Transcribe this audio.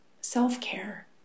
self-care